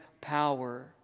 power